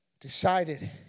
decided